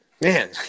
man